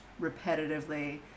repetitively